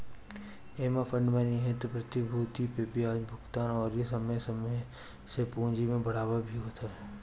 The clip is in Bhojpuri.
एमे फंड में निहित प्रतिभूति पे बियाज भुगतान अउरी समय समय से पूंजी में बढ़ावा भी होत ह